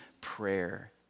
prayer